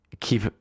keep